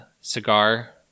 cigar